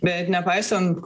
bet nepaisant